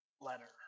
letter